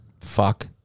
fuck